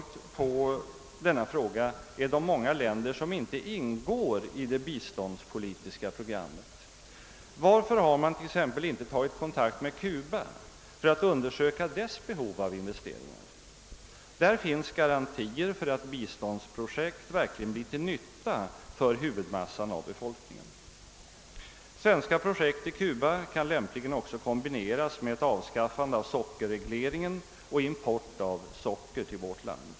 Jag vill också framhålla att många länder inte ingår i det biståndspolitiska programmet. Varför har t.ex. inte kontakt tagits med Cuba för en undersökning av dess behov av investeringar? Det finns garantier för att biståndsprojekt där verkligen blir till nytta för huvuddelen av befolkningen. Svenska projekt på Cuba kan lämpligen också kombineras med ett avskaffande av sockerregleringen och påbörjande av import av socker till vårt land.